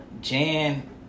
Jan